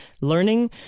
learning